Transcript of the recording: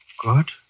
Good